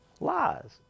Lies